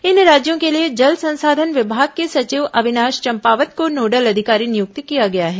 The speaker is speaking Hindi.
इन राज्यों के लिए जल संसाधन विभाग के सचिव अविनाश चंपावत को नोडल अधिकारी नियुक्त किया गया है